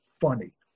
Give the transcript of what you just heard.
funny